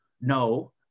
no